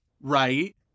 right